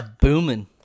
booming